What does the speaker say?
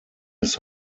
his